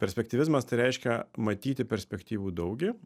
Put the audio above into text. perspektyvizmas tai reiškia matyti perspektyvų daugį